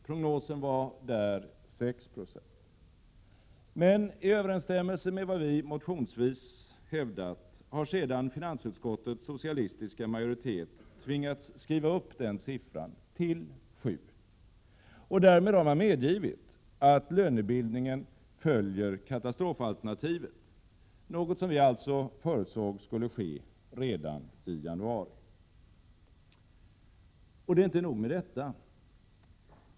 Prognosen var där 6 90. Men i överensstämmelse med vad vi motionsvis hävdat har finansutskottets socialistiska majoritet sedan tvingats skriva upp siffran till 7. Därmed har man medgivit att lönebildningen följer katastrofalternativet, något som vi redan i januari förutsåg skulle ske. Och det är inte nog med detta.